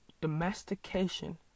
Domestication